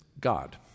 God